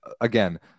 again